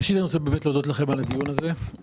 ראשית, אני רוצה להודות לכם על הדיון הזה.